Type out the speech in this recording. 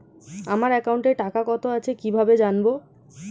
আমার একাউন্টে টাকা কত আছে কি ভাবে জানবো?